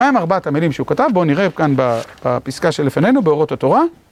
מהם ארבעת המילים שהוא כתב, בואו נראה כאן בפסקה שלפנינו, באורות התורה.